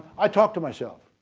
i talk to myself.